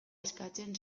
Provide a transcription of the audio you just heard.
eskatzen